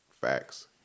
Facts